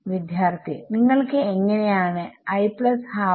വിദ്യാർത്ഥി നിങ്ങൾക്ക് എങ്ങനെ ആണ്